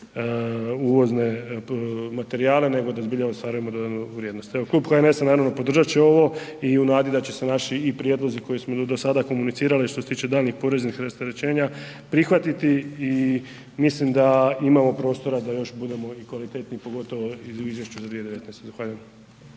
uvozne materijale nego da zbilja ostvarujemo dodanu vrijednost. Klub HNS-a naravno podržat će ovo i u nadi da će se i naši prijedlozi koje smo do sada komunicirali što se tiče daljnjih poreznih rasterećenja prihvatiti i mislim da imamo prostora da još budemo kvalitetniji pogotovo u izvješću za 2019. Zahvaljujem.